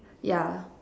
yeah